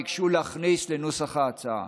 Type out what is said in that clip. ביקשו להכניס לנוסח ההצעה.